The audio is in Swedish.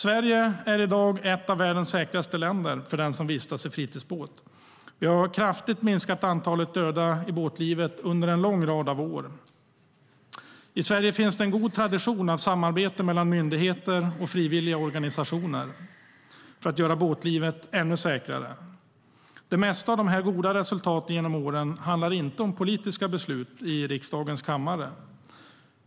Sverige är i dag ett av världens säkraste länder för den som vistas i fritidsbåt. I Sverige finns en god tradition av samarbete mellan myndigheter och frivilligorganisationer för att göra båtlivet ännu säkrare. Det mesta av de goda resultaten genom åren handlar inte om politiska beslut i riksdagens kammare.